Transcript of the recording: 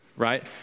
Right